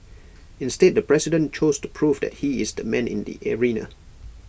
instead the president chose to prove that he is the man in the arena